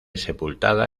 sepultada